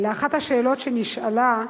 על אחת השאלות שנשאלו,